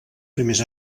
primers